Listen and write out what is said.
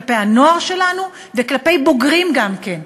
כלפי הנוער שלנו וכלפי בוגרים גם כן.